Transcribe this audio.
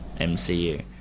MCU